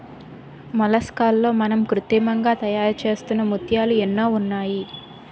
మొలస్కాల్లో మనం కృత్రిమంగా తయారుచేస్తున్న ముత్యాలు ఎన్నో ఉన్నాయి